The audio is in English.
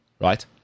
Right